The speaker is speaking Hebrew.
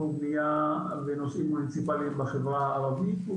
ובנייה ונושאים מוניציפליים בחברה הערבית.